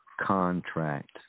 contract